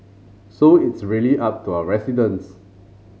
so it's really up to our residents